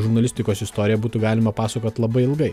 žurnalistikos istoriją būtų galima pasakot labai ilgai